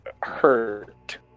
hurt